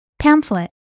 Pamphlet